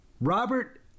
Robert